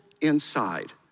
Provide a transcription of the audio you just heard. inside